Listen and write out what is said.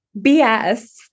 BS